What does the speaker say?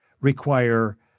require